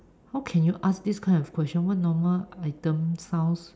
how can you ask this kind of question what normal items sounds